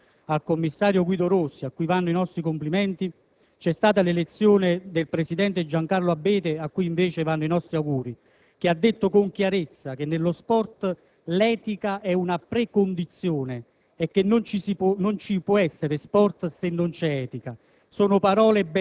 dopo la guida saggia ed equilibrata del commissario Pancalli, succeduto al commissario Guido Rossi, a cui vanno i nostri complimenti, ieri è stato eletto presidente della Federcalcio Giancarlo Abete, a cui rivolgiamo i nostri auguri, il quale ha detto con chiarezza che nello sport l'etica è una precondizione